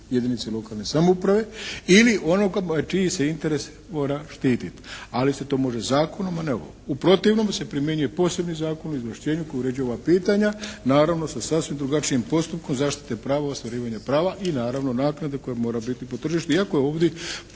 jedinici lokalne samouprave ili onog čiji se interes mora štititi, ali se to može zakonom, a ne ovo. U protivnom se primjenjuje posebni Zakon o izvlašćenju koji uređuje ova pitanja naravno sa sasvim drugačijim postupkom zaštite prava, ostvarivanje prava i naravno naknade koja mora biti po tržištu